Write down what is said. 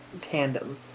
tandem